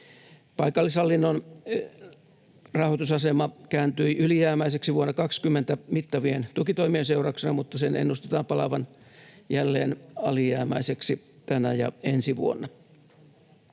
Paikallishallinnon rahoitusasema kääntyi ylijäämäiseksi vuonna 20 mittavien tukitoimien seurauksena, mutta sen ennustetaan palaavan jälleen alijäämäiseksi tänä ja ensi vuonna.